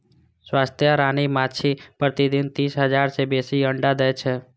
स्वस्थ रानी माछी प्रतिदिन तीन हजार सं बेसी अंडा दै छै